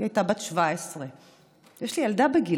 היא הייתה בת 17. יש לי ילדה בגילה.